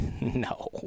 No